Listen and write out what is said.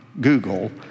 Google